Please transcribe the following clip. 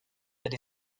but